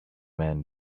man